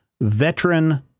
veteran